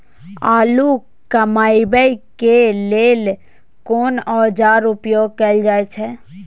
आलू कमाबै के लेल कोन औाजार उपयोग कैल जाय छै?